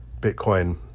bitcoin